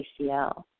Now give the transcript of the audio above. acl